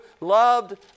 loved